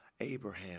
Abraham